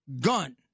gun